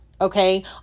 okay